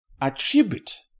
attribute